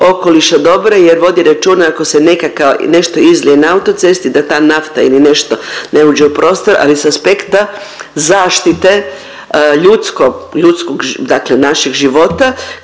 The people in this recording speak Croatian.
okoliša dobra jer vodi računa ako se nekakav, nešto izlije na autocesti da ta nafta ili nešto ne uđe u prostor, ali s aspekta zaštite ljudsko, ljudskog dakle našeg života